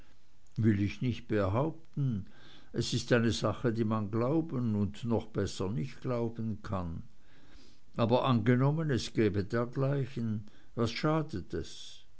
will ich nicht behaupten es ist eine sache die man glauben und noch besser nicht glauben kann aber angenommen es gäbe dergleichen was schadet es